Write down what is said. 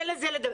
תן לדבר',